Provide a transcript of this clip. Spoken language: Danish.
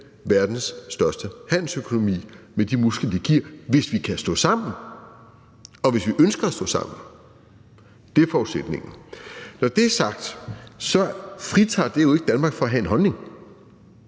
verdens største handelsøkonomi med de muskler, det giver, hvis vi kan stå sammen, og hvis vi ønsker at stå sammen. Det er forudsætningen. Når det er sagt, fritager det jo ikke Danmark fra at have en holdning.